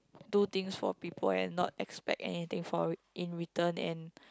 do things for people and not expect anything for in return and